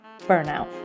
BURNOUT